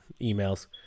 emails